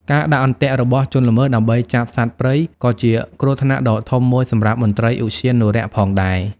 ការដាក់ អន្ទាក់ របស់ជនល្មើសដើម្បីចាប់សត្វព្រៃ ក៏ជាគ្រោះថ្នាក់ដ៏ធំមួយសម្រាប់មន្ត្រីឧទ្យានុរក្សផងដែរ។